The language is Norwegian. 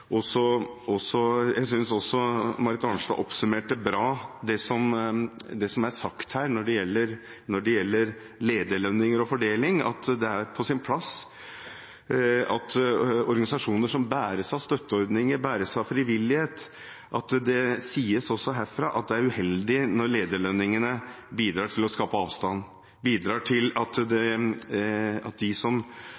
også Marit Arnstad oppsummerte bra det som er sagt her når det gjelder lederlønninger og fordeling. Det er på sin plass at det sies også herfra at når det gjelder organisasjoner som bæres av støtteordninger, bæres av frivillighet, er det uheldig når lederlønningene bidrar til å skape avstand. Det bidrar til at